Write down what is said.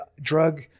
drug